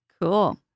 Cool